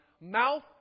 mouth